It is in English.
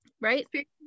Right